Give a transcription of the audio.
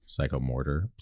Psychomotor